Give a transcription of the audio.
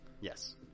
Yes